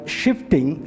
shifting